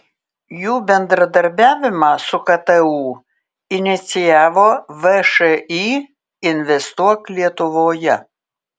jų bendradarbiavimą su ktu inicijavo všį investuok lietuvoje